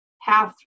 half